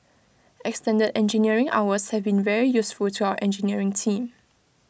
extended engineering hours have been very useful to our engineering team